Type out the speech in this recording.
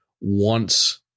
wants